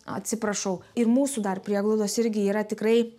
atsiprašau ir mūsų dar prieglaudos irgi yra tikrai